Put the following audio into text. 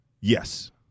Yes